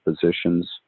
positions